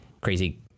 crazy